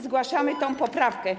Zgłaszamy tę poprawkę.